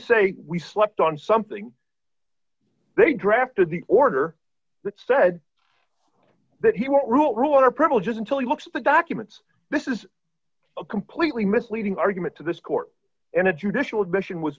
say we slept on something they drafted the order that said that he won't rule on our privileges until he looks at the documents this is a completely misleading argument to this court and a judicial admission was